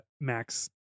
max